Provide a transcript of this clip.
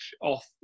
off